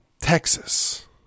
Texas